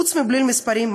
חוץ מבליל מספרים,